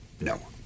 No